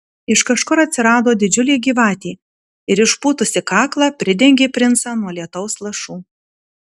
iš kažkur atsirado didžiulė gyvatė ir išpūtusi kaklą pridengė princą nuo lietaus lašų